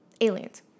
aliens